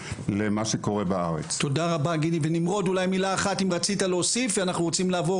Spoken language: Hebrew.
זה מאוד קשור למוצר וטכנולוגיה אבל מהצד השני אנחנו מסתכלים על